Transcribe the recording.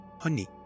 Honey